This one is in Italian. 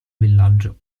villaggio